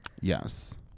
yes